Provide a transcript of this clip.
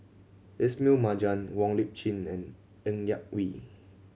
Ismail Marjan Wong Lip Chin and Ng Yak Whee